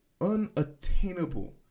unattainable